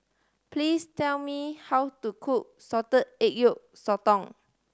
please tell me how to cook salted egg yolk sotong